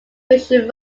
fiction